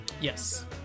yes